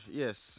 yes